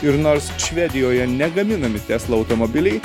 ir nors švedijoje negaminami tesla automobiliai